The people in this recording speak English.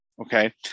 okay